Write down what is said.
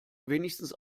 wenigstens